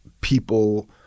people